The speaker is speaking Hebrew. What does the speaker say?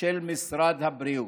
של משרד הבריאות.